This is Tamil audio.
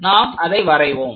நாம் அதை வரைவோம்